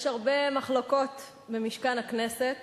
יש הרבה מחלוקות במשכן הכנסת